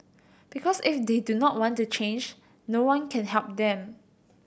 because if they do not want to change no one can help them